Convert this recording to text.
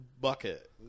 bucket